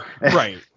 right